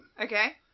Okay